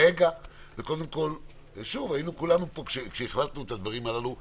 היינו פה כולנו כשהחלטנו על הדברים הללו.